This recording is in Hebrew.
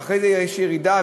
ואחרי זה יש ירידה,